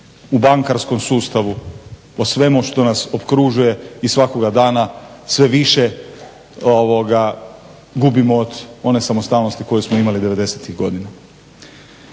u bankarskom sustavu, o svemu što nas okružuje i svakoga dana sve više gubimo od one samostalnosti koju smo imali 90. godina.